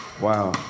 Wow